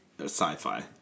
sci-fi